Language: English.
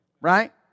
Right